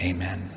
Amen